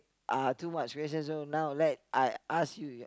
uh too much question so now let I ask you